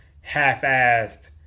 half-assed